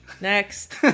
Next